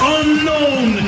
unknown